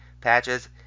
Patches